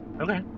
Okay